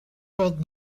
bod